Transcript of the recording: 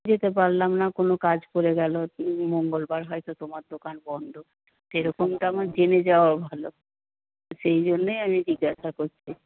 যেতে পারলাম না কোনো কাজ পড়ে গেলো মঙ্গলবার হয়তো তোমার দোকান বন্ধ সেরকমটা আমার জেনে যাওয়া ভালো সেই জন্যই আমি জিজ্ঞাসা করছি